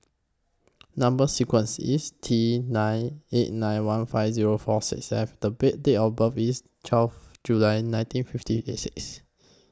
Number sequence IS T nine eight nine one five Zero four six F The Bay Date of birth IS twelve July nineteen fifty A six